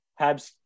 Habs